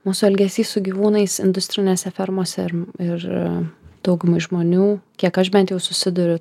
mūsų elgesys su gyvūnais industrinėse fermose ir daugumai žmonių kiek aš bent jau susiduriu